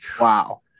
Wow